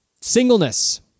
singleness